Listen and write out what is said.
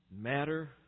matter